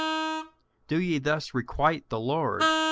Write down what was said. do ye thus requite the lord,